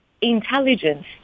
intelligence